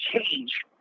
change